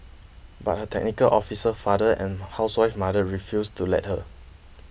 but her technical officer father and housewife mother refused to let her